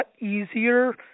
easier